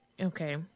Okay